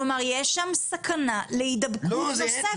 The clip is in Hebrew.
כלומר יש שם סכנה להידבקות נוספת.